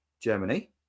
germany